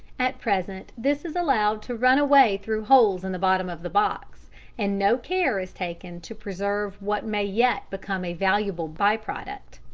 at present this is allowed to run away through holes in the bottom of the box and no care is taken to preserve what may yet become a valuable by-product.